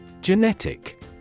Genetic